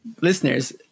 Listeners